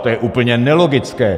To je úplně nelogické.